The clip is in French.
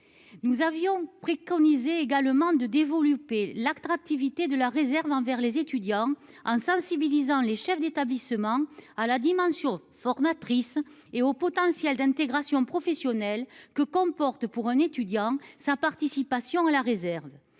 Nous avions préconisé également de dévolu. L'acteur activité de la réserve envers les étudiants en sensibilisant les chefs d'établissement à la dimension formatrice et au potentiel d'intégration professionnelle que comporte pour un étudiant sa participation à la réserve.